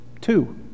two